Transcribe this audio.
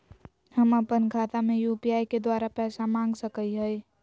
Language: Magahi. हम अपन खाता में यू.पी.आई के द्वारा पैसा मांग सकई हई?